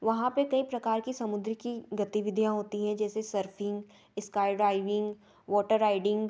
वहाँ पे कई प्रकार की समुद्र की गतिविधियां होती हैं जैसे surfing sky diving water riding